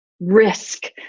risk